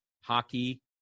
hockey